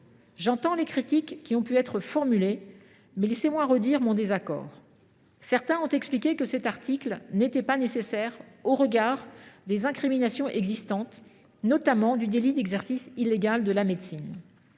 J’entends les critiques qui ont pu être formulées à ce sujet, mais laissez moi exprimer de nouveau mon désaccord. Certains ont expliqué que cet article n’était pas nécessaire au regard des incriminations existantes, notamment le délit d’exercice illégal de la médecine.